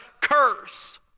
curse